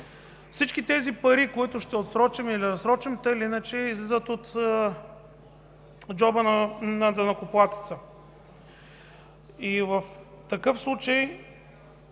Всички тези пари, които ще отсрочим или разсрочим, така или иначе излизат от джоба на данъкоплатеца. В такъв случай,